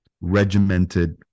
regimented